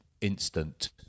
instant